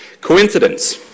coincidence